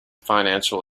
financial